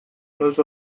noiz